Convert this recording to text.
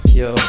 yo